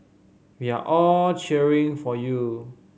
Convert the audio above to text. we are all cheering for you